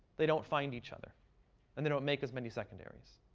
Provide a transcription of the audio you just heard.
they don't find each other and they don't make as many secondaries.